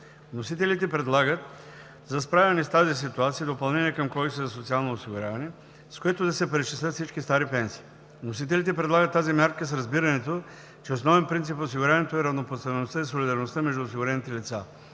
Вносителите предлагат, за справяне с тази ситуация допълнение към Кодекса за социално осигуряване, с което да се преизчислят всички стари пенсии. Вносителите предлагат тази мярка с разбирането, че основен принцип в осигуряването е равнопоставеността и солидарността между осигурените лица.